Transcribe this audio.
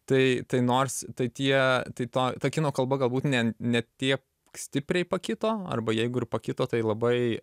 tai tai nors tai tie tai to ta kino kalba galbūt ne ne tiek stipriai pakito arba jeigu ir pakito tai labai